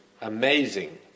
amazing